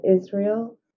Israel